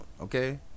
okay